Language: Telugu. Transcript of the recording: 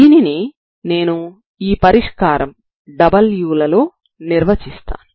దీనిని నేను ఈ పరిష్కారం w లలో నిర్వచిస్తాను